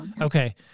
Okay